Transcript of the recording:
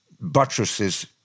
buttresses